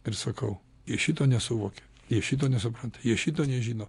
ir sakau jūs šito nesuvokiat jie šito nesupranta jie šito nežino